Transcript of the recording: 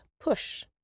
push